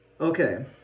okay